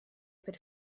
per